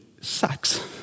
sucks